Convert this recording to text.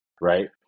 Right